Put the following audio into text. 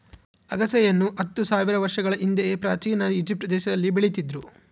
ಅಗಸೆಯನ್ನು ಹತ್ತು ಸಾವಿರ ವರ್ಷಗಳ ಹಿಂದೆಯೇ ಪ್ರಾಚೀನ ಈಜಿಪ್ಟ್ ದೇಶದಲ್ಲಿ ಬೆಳೀತಿದ್ರು